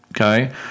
okay